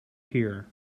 here